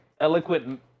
eloquent